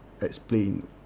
explain